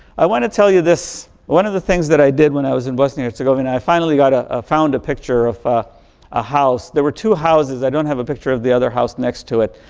i want to tell you this, one of the things that i did when i was in bosnia-herzegovina, i finally got a i found a picture of a a house. they were two houses i don't have a picture of the other house next to it.